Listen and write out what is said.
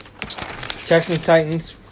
Texans-Titans